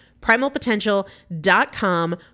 Primalpotential.com